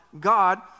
God